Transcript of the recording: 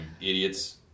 idiots